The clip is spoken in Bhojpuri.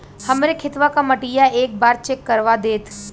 हमरे खेतवा क मटीया एक बार चेक करवा देत?